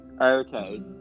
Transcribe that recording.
okay